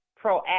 proactive